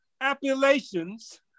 appellations